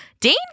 Dane